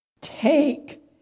Take